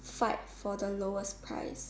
fight for the lowest price